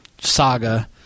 saga